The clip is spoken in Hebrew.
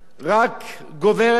רק גוברת,